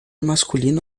masculino